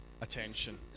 attention